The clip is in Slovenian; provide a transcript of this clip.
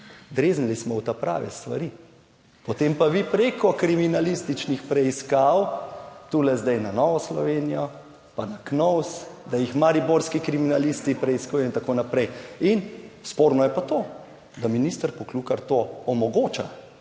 Dreznili smo v ta prave stvari, potem pa vi preko kriminalističnih preiskav tule zdaj na Novo Slovenijo, pa na KNOVS, da jih mariborski kriminalisti preiskujejo in tako naprej. In sporno je pa to, da minister Poklukar to omogoča,